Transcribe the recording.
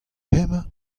hemañ